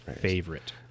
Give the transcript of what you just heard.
favorite